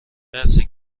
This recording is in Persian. مرسی